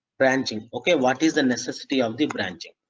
branching. okay. what is the necessity of the branching?